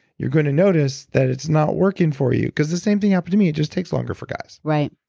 you're going to notice that it's not working for you. because the same thing happened to me, it just takes longer for guys right.